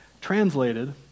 translated